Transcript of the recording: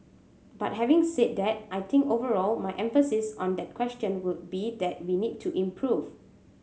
but having said that I think overall my emphasis on that question would be that we need to improve